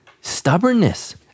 stubbornness